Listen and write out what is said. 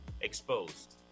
exposed